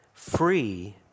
Free